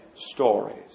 stories